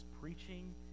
preaching